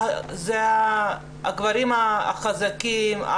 אלה הגברים החזקים,